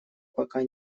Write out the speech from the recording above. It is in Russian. пока